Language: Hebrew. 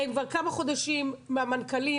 הם כבר כמה חודשים, המנכ"לים.